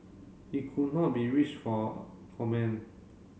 he could not be reached for comment